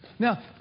Now